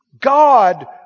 God